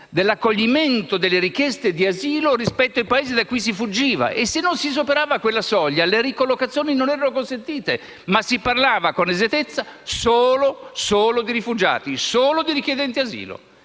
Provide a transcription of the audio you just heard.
dell'accoglimento delle richieste di asilo rispetto ai Paesi da cui si fuggiva; e se non si superava quella soglia, le ricollocazioni non erano consentite. Ma si parlava con esattezza solo di rifugiati, solo di richiedenti asilo.